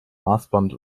maßband